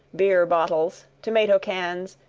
beer bottles, tomato cans,